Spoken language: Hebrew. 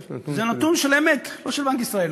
או שזה נתון של, זה נתון של אמת, לא של בנק ישראל.